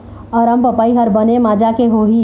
अरमपपई हर बने माजा के होही?